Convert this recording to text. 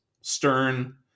stern